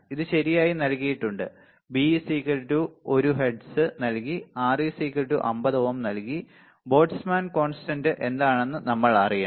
ഇത് ശരിയായി നൽകിയിട്ടുണ്ട് B1 ഹെർട്സ് നൽകി R50 ഓം നൽകി ബോൾട്ട്സ്മാൻ കോൺസ്റ്റന്റ എന്താണെന്ന് നമ്മൾ അറിയണം